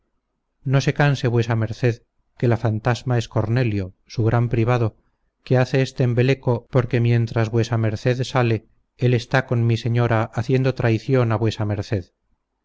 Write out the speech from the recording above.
no se canse vuesa merced que la fantasma es cornelio su gran privado que hace este embeleco porque mientras vuesa merced sale él está con mi señora haciendo traición a vuesa merced